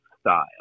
style